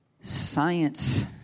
science